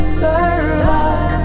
survive